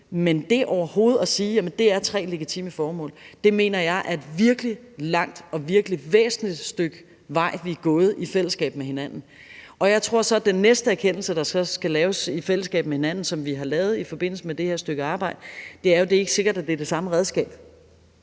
men det overhovedet at sige, at det er tre legitime formål, mener jeg er et virkelig langt og virkelig væsentligt stykke vej, vi er gået i fællesskab med hinanden. Jeg tror så, at den næste erkendelse, vi skal nå i fællesskab med hinanden, og som vi er nået til i forbindelse med det her stykke arbejde, er, at det ikke er sikkert, at det er det samme redskab.